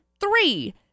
three